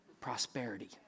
prosperity